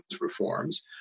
reforms